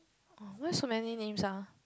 oh why so many names ah